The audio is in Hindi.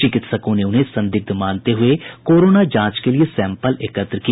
चिकित्सकों ने उन्हें संदिग्ध मानते हुए कोरोना जांच के लिये सैंपल एकत्र किया